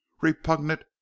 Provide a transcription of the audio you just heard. repugnant